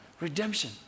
redemption